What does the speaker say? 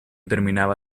terminaba